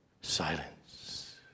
silence